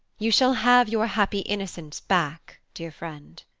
you shall have your happy innocence back, dear friend.